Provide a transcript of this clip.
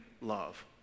love